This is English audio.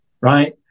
right